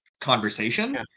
conversation